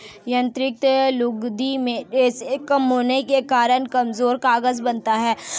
यांत्रिक लुगदी में रेशें कम होने के कारण कमजोर कागज बनता है